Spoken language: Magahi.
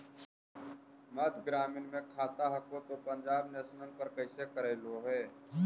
मध्य ग्रामीण मे खाता हको तौ पंजाब नेशनल पर कैसे करैलहो हे?